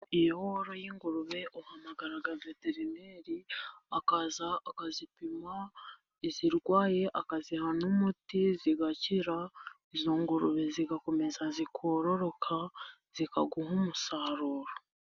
Iyo woroye ingurube, uhamagara veterineri, akaza, akazipima, izirwaye akaziha n'umuti, zigakira, izo ngurube zigakomeza zikororoka, zikaguha umusaruro.